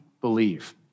believe